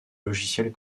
logiciels